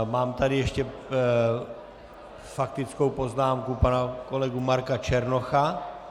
Mám tady ještě faktickou poznámku pana kolegy Marka Černocha.